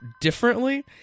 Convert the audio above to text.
differently